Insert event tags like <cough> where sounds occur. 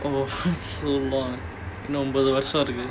oh <noise> so long